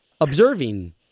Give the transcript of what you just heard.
observing